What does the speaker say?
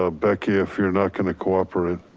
ah becky if you're not gonna cooperate,